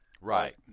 Right